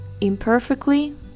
imperfectly